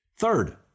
Third